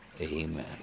Amen